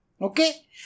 Okay